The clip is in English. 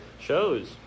shows